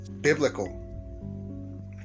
biblical